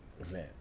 event